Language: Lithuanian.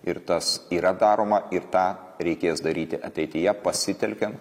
ir tas yra daroma ir tą reikės daryti ateityje pasitelkiant